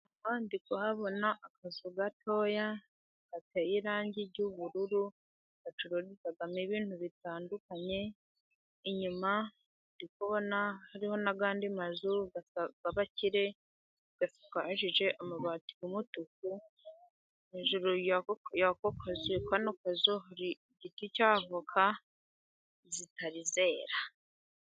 Aha ndi kuhabona akazu gatoya kateye irangi ry'ubururu, bacururizamo ibintu bitandukanye, inyuma ndi kubona hari n'andi mazu y'abakire ,asakaje amabati y'umutuku . Hejuru yako kazu hari igiti cy'avoka zitari zera.